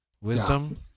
Wisdom